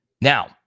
Now